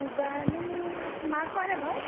পূজাৰাণীৰ মাক হয় নাই বাৰু